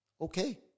okay